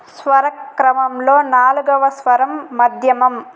స్వర క్రమంలో నాలుగవ స్వరం మధ్యమం